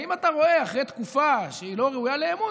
ואם אתה רואה אחרי תקופה שהיא לא ראויה לאמון,